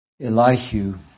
Elihu